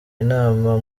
inama